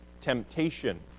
temptation